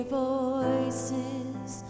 voices